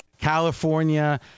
California